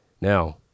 Now